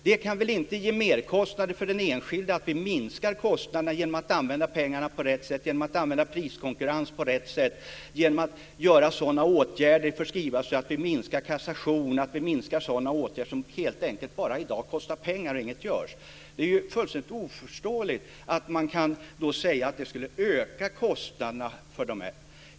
Det kan väl inte ge merkostnader för den enskilde om vi minskar kostnaderna genom att använda pengar på rätt sätt, genom att använda priskonkurrens på rätt sätt och vidta sådana åtgärder som minskar kassation och sådant som helt enkelt bara kostar pengar. Det är ju fullständigt oförståeligt att man då kan säga att det skulle öka kostnaderna för dessa grupper.